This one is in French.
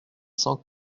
cent